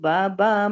Baba